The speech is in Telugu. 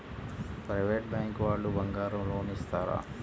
ప్రైవేట్ బ్యాంకు వాళ్ళు బంగారం లోన్ ఇస్తారా?